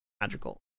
magical